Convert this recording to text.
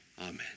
Amen